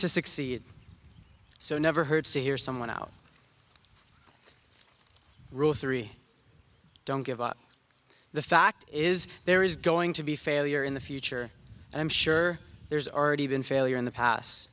to succeed so never hurts to hear someone out rule three don't give up the fact is there is going to be failure in the future and i'm sure there's already been failure in the past